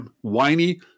whiny